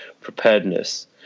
preparedness